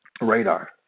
radar